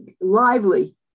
Lively